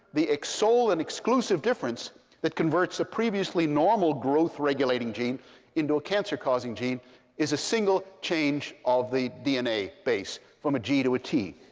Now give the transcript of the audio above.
the sole and exclusive difference that converts a previously normal growth regulating gene into a cancer causing gene is a single change of the dna base from a g to a t.